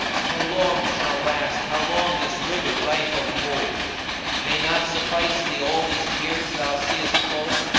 how long shall last, how long this rigour rife of woe may not suffice thee all these tears thou seest flow?